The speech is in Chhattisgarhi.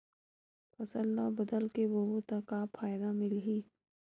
फसल ल बदल के बोबो त फ़ायदा मिलही?